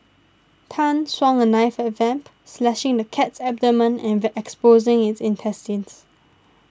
Tan swung the knife at Vamp slashing the cat's abdomen and the exposing its intestines